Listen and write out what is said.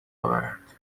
آورند